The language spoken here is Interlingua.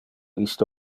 iste